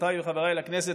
חברותיי וחבריי לכנסת,